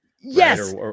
yes